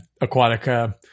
Aquatica